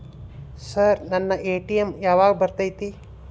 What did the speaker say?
Sir ನನ್ನ ATM ಯಾವಾಗ ಬರತೈತಿ?